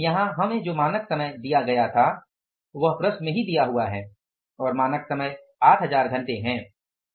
यहाँ हमें जो मानक समय दिया गया था वह प्रश्न में ही दिया हुआ है और मानक समय 8000 घंटे है